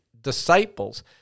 disciples